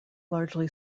largely